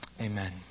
Amen